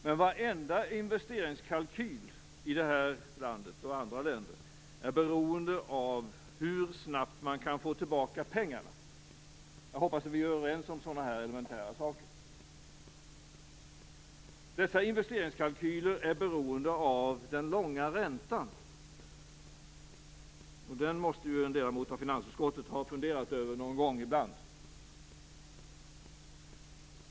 Men varenda investeringskalkyl i det här landet och andra länder är beroende av hur snabbt man kan få tillbaka pengarna. Jag hoppas att vi är överens om sådana här elementära saker. Dessa investeringskalkyler är beroende av den långa räntan. Det måste en ledamot av finansutskottet ha funderat över någon gång ibland.